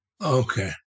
Okay